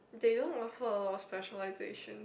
they don't offer a lot of specialisations